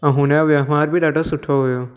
ऐं हुनजो वहिवार बि ॾाढो सुठो हुयो